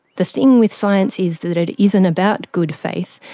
the thing with science is that it isn't about good faith,